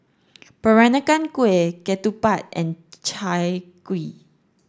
Peranakan Kueh Ketupat and Chai Kuih